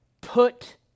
put